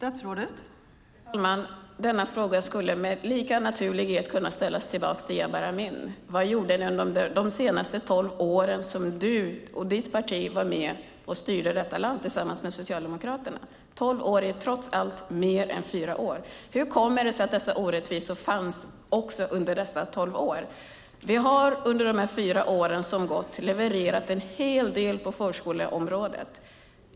Fru talman! Denna fråga skulle med samma naturlighet kunna ställas tillbaka till Jabar Amin. Vad gjorde ni under de senaste tolv åren som du och ditt parti var med och styrde detta land tillsammans med Socialdemokraterna? Tolv år är trots allt mer än fyra år. Hur kommer det sig att dessa orättvisor fanns också under dessa tolv år? Vi har under de senaste fyra åren som gått levererat en hel del på förskoleområdet.